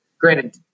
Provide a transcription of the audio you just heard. granted